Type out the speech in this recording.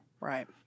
right